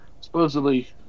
Supposedly